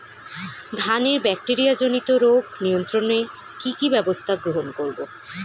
ধানের ব্যাকটেরিয়া জনিত রোগ নিয়ন্ত্রণে কি কি ব্যবস্থা গ্রহণ করব?